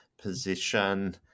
position